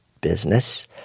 business